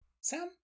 Sam